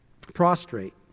prostrate